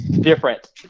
different